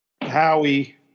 Howie